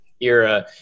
era